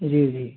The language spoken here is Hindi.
जी जी